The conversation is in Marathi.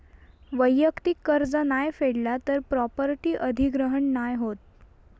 वैयक्तिक कर्ज नाय फेडला तर प्रॉपर्टी अधिग्रहण नाय होत